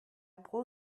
pro